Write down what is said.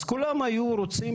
אז כולם היו רוצים